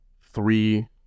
three